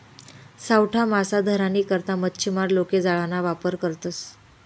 सावठा मासा धरानी करता मच्छीमार लोके जाळाना वापर करतसं